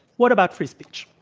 what about free speech?